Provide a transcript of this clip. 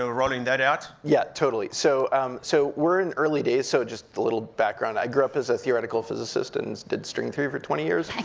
ah rolling that out? yeah, totally. so um so we're in early days, so just a little background. i grew up as a theoretical physicist, and did string theory for twenty years. my